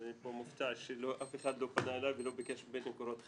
אבל אני פה מופתע שאף אחד לא פנה אלי ולא ביקש ממני קורות חיים.